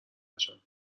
نشم